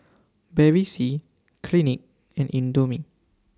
Bevy C Clinique and Indomie